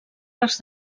arcs